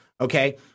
Okay